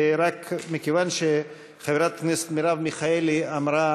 רק מכיוון שחברת הכנסת מרב מיכאלי אמרה